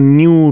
new